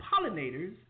pollinators